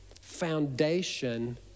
foundation